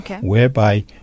whereby